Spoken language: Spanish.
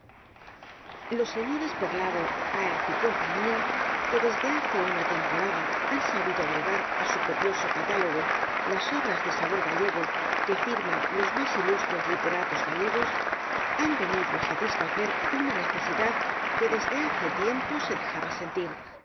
los sres perlado páez y c que desde hace una temporada han sabido agregar á su copioso catálogo las obras de sabor gallego que firman los más ilustres literatos gallegos han venido á satisfacer una necesidad que desde hace tiempo se dejaba sentir